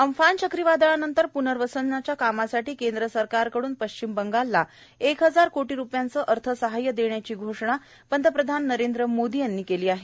Amphan चक्रीवादळानंतर प्नर्वसन कामासाठी केंद्र सरकारकड्रन पश्चिम बंगालला एक हजार कोटी रूपये अर्थसहाय्य देण्याची घोषणा पंतप्रधान नरेंद्र मोदी यांनी केली आहे